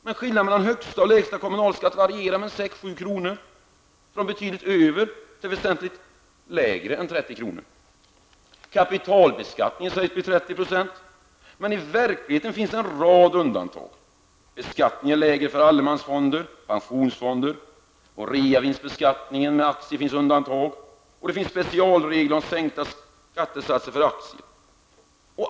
Men skillnaden mellan högsta och lägsta kommunalskatt varierar med mellan 6 och 7 kr., från betydligt över till väsentligt lägre än 30 kr. Kapitalbeskattningen sägs bli 30 %. Men i verkligheten finns en rad undantag. Beskattningen är lägre för t.ex. allemansfonder, pensionsfonder och reavinster. Dessutom finns specialregler som sänker skattesatsen för aktier.